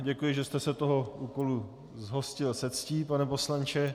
Děkuji, že jste se toho úkolu zhostil se ctí, pane poslanče.